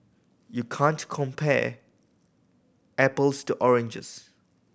you can't compare apples to oranges